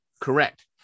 Correct